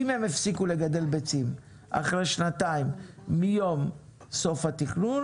אם הם הפסיקו לגדל ביצים אחרי שנתיים מיום סוף התכנון